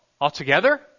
altogether